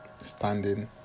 standing